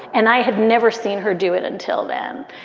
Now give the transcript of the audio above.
and i had never seen her do it until then.